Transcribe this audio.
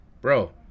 bro